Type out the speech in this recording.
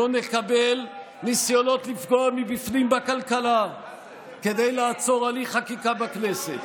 לא נקבל ניסיונות לפגוע מבפנים בכלכלה כדי לעצור הליך חקיקה בכנסת.